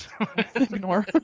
Ignore